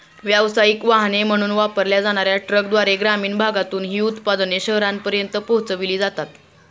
व्यावसायिक वाहने म्हणून वापरल्या जाणार्या ट्रकद्वारे ग्रामीण भागातून ही उत्पादने शहरांपर्यंत पोहोचविली जातात